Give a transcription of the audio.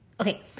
okay